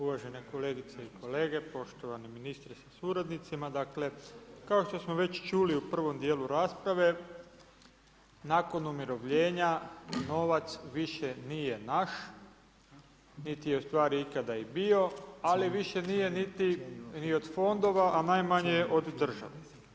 Uvažene kolegice i kolege, poštovani ministre sa suradnicima, dakle, kao što smo već čuli u prvom dijelu rasprave, nakon umirovljenja, novac više nije naš, niti je ustvari ikada i bio, ali više nije niti od fondova, a najmanje je od države.